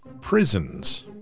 prisons